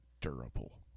durable